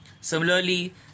Similarly